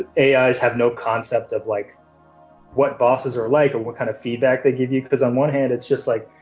a ah is have no concept of like what bosses are like or what kind of feedback they give you, cause on one hand, it's just like,